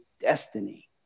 destiny